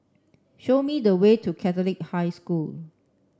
show me the way to Catholic High School